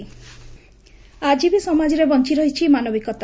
ଭଲ ଖବର ଆଜି ବି ସମାଜରେ ବଞ୍ଚରହିଛି ମାନବିକତା